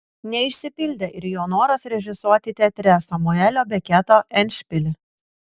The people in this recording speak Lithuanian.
neišsipildė ir jo noras režisuoti teatre samuelio beketo endšpilį